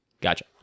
Gotcha